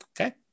Okay